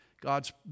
God's